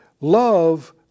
Love